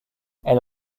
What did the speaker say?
elle